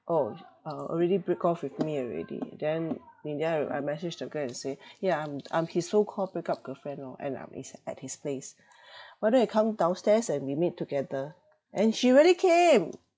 oh uh already break off with me already then in the end I I message the girl and say yeah I'm I'm his so call break up girlfriend lor and I'm is at his place why don't you come downstairs and we meet together and she really came